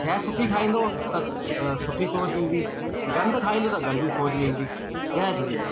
शइ सुठी खाईंदो त सुठी सोच ॾींदी गंद खाईंदो त गंदी सोच रहंदी जय झूलेलाल